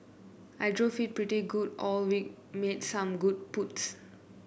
I drove it pretty good all week made some good putts